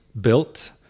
built